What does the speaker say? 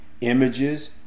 images